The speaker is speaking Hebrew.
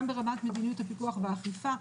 גם ברמת מדיניות הפיקוח האכיפה,